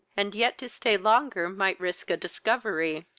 and yet to stay longer might risk a discovery.